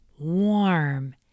warm